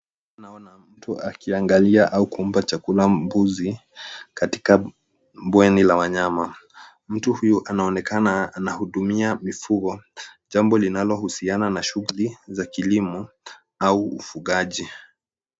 Naona mtu akiangalia au kumpa chakula mbuzi katika bweni la wanyama ,mtu huyu anaonekana anahudumia mifugo jambo linalohusiana na shughuli za kilimo au ufugaji.